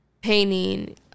painting